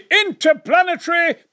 interplanetary